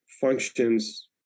functions